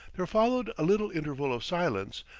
there followed a little interval of silence,